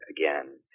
again